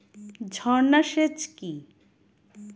ঝর্না সেচ কি?